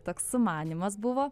toks sumanymas buvo